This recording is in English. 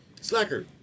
Slacker